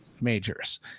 majors